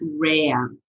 rare